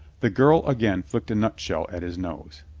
the girl again flicked a nutshell at his nose.